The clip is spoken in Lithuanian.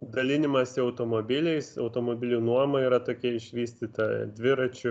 dalinimąsi automobiliais automobilių nuoma yra tokia išvystyta dviračių